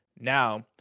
now